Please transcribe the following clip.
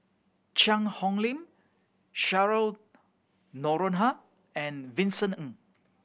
Cheang Hong Lim Cheryl Noronha and Vincent Ng